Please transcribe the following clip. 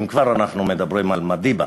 אם כבר אנחנו מדברים על מדיבה,